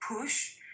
push